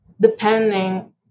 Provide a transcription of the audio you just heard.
depending